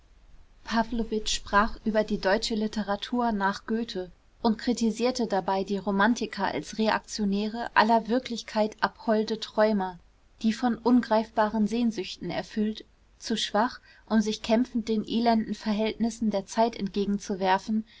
pawlowitsch sprach über die deutsche literatur nach goethe und kritisierte dabei die romantiker als reaktionäre aller wirklichkeit abholde träumer die von ungreifbaren sehnsüchten erfüllt zu schwach um sich kämpfend den elenden verhältnissen der zeit entgegenzuwerfen